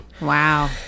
Wow